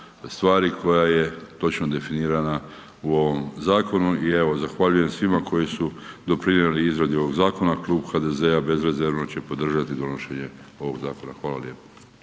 stvari koja je točno definirana u ovom zakonu, i evo, zahvaljujem svima koji su doprinijeli izradi ovog zakona. Klub HDZ-a bezrezervno će podržati ovog zakona. Hvala lijepo.